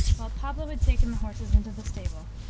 while pablo had taken the horses into the stable.